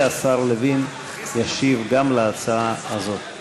והשר לוין ישיב גם על ההצעה הזאת.